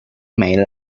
mail